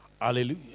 Hallelujah